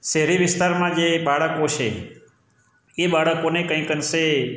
શહેરી વિસ્તારમાં જે બાળકો છે એ બાળકોને કંઈક અંશે